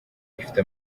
ifite